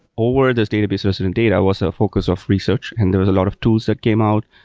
or this database resident data was a focus of research and there's a lot of tools that came out.